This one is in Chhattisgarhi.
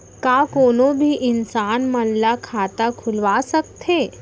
का कोनो भी इंसान मन ला खाता खुलवा सकथे?